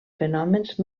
fenòmens